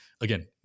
Again